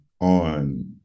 on